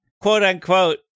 quote-unquote